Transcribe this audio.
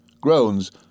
groans